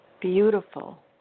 beautiful